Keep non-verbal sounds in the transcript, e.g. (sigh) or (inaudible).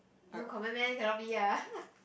no comment meh cannot be ah (laughs)